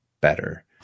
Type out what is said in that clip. better